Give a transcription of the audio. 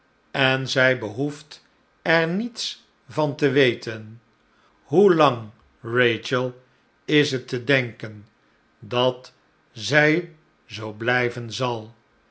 en zij behoeft er niets van te weten hoelang eachel is het te denken dat zij zoo blijven zal